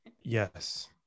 yes